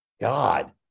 God